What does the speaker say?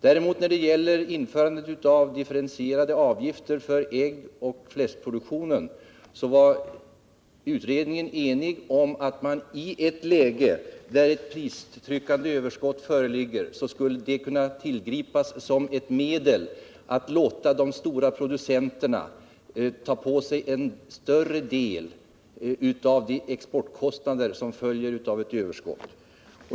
När det gällde införandet av differentierade avgifter för äggoch fläskproduktionen var det däremot utredningens enhälliga uppfattning att man i ett läge där ett pristryckande överskott föreligger skulle kunna tillgripa etableringskontroll som ett medel för att låta de stora producenterna ta på sig en större andel av de exportkostnader som följer av ett överskott.